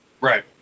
Right